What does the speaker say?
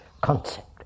concept